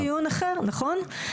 זה דיון אחר, נכון.